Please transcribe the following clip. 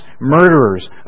murderers